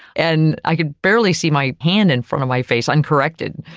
and i could barely see my hand in front of my face uncorrected.